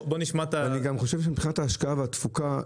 אני גם חושב שמבחינת ההשקעה והתפוקה,